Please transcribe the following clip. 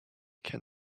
can